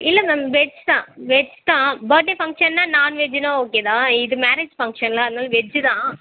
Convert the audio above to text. இல்லை ma'am veg தான் veg தான் பர்த்டே ஃபங்க்ஷன்னால் நான் வெஜ்ஜுன்னா ஓகே தான் இது மேரேஜ் ஃபங்க்ஷன்லை அதனால் வெஜ்ஜு தான்